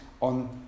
on